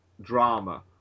drama